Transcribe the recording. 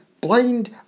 blind